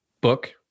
book